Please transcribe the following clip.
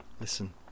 Listen